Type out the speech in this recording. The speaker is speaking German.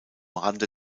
rande